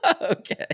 okay